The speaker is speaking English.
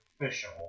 official